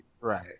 Right